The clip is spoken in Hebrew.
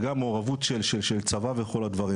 זה לעשות תקופה מקבילה,